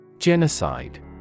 Genocide